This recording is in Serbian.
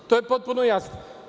To je potpuno jasno.